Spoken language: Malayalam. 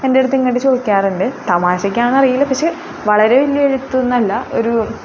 എന്റെയടുത്തിങ്ങനെ ചോദിക്കാറുണ്ട് തമാശക്കണോ എന്ന് അറിയില്ല പക്ഷേ വളരെ വലിയ എഴുത്തൊന്നും അല്ല ഒരു